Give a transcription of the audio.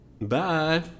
Bye